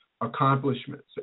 accomplishments